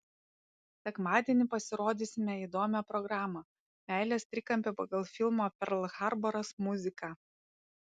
sekmadienį pasirodysime įdomią programą meilės trikampį pagal filmo perl harboras muziką